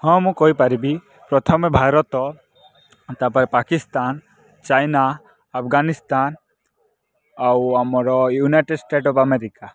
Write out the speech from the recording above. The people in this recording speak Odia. ହଁ ମୁଁ କହିପାରିବି ପ୍ରଥମେ ଭାରତ ତାପରେ ପାକିସ୍ତାନ୍ ଚାଇନା ଆଫ୍ଗାନିସ୍ତାନ୍ ଆଉ ଆମର ୟୁନାଇଟେଡ୍ ଷ୍ଟେଟ୍ ଅଫ୍ ଆମେରିକା